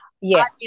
Yes